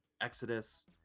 Exodus